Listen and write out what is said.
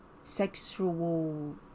sexual